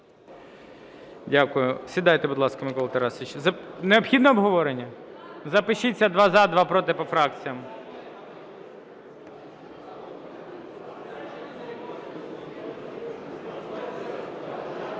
Дякую. Сідайте, будь ласка, Микола Тарасович. Необхідне обговорення? Запишіться: два – за, два – проти, по фракціям.